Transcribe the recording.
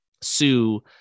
sue